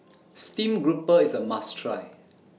Steamed Grouper IS A must Try